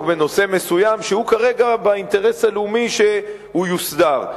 בנושא מסוים שכרגע יש אינטרס לאומי שהוא יוסדר.